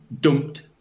dumped